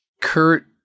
Kurt